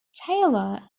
taylor